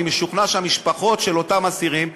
אני משוכנע שהמשפחות של אותם אסירים,